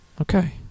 Okay